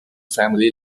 family